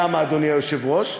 למה, אדוני היושב-ראש?